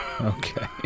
Okay